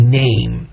name